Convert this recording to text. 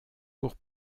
pour